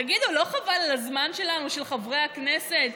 תגידו, לא חבל על הזמן שלנו, של חברי הכנסת?